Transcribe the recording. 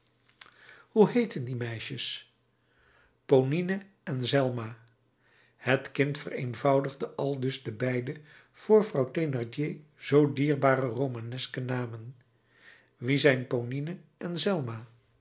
hoe heeten die meisjes ponine en zelma het kind vereenvoudigde aldus de beide voor vrouw thénardier zoo dierbare romaneske namen wie zijn ponine en zelma